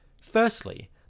Firstly